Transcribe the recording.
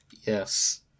Yes